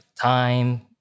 time